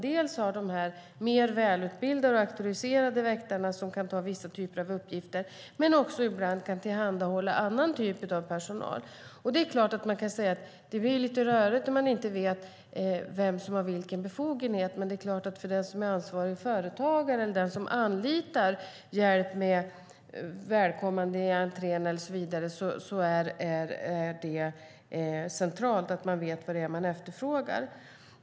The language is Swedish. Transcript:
Dels har man de mer välutbildade och auktoriserade väktarna som kan ta vissa typer av uppgifter, dels kan man ibland tillhandahålla annan typ av personal. Visst kan man tycka att det blir lite rörigt när man inte vet vem som har vilken typ av befogenhet, men för den som är ansvarig företagare och anlitar hjälp med till exempel välkomnande i entrén är det centrala att man vet vad man efterfrågar.